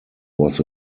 was